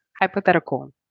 Hypothetical